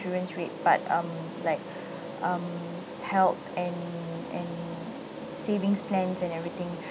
insurance rate but um like um health and and savings plans and everything